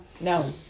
No